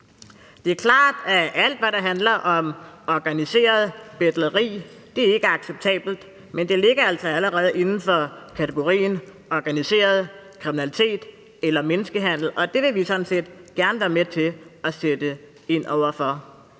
Det er klart, at alt, hvad der handler om organiseret betleri, ikke er acceptabelt, men det ligger altså allerede inden for kategorien organiseret kriminalitet eller menneskehandel, og det vil vi sådan set gerne være med til at sætte ind over for,